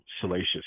salacious